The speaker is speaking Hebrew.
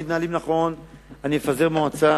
אני אפזר מועצה.